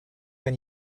denn